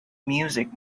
music